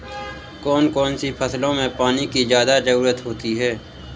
कौन कौन सी फसलों में पानी की ज्यादा ज़रुरत होती है?